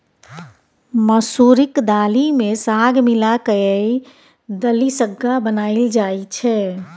मसुरीक दालि मे साग मिला कय दलिसग्गा बनाएल जाइ छै